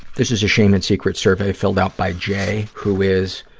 this is a shame and secrets survey filled out by jay, who is,